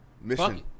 mission